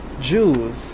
Jews